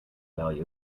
value